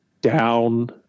down